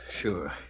Sure